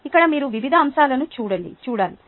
ఇక్కడ మీరు వివిధ అంశాలను చూడాలి